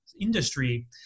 Industry